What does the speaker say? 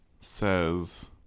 says